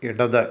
ഇടത്